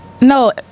No